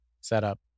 setup